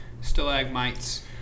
stalagmites